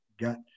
got